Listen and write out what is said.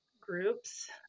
groups